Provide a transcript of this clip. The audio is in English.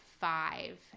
five